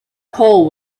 hole